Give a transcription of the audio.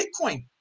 Bitcoin